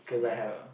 cause I have